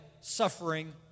suffering